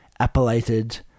appellated